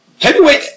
Heavyweight